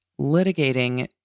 litigating